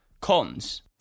Cons